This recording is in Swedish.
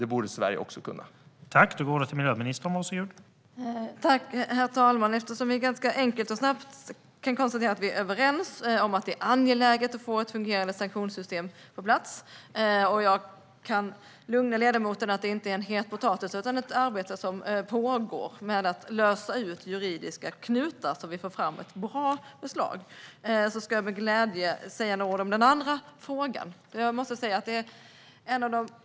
Det borde Sverige också kunna göra.